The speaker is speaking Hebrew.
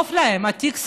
טוב להם, התיק סגור,